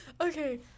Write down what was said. Okay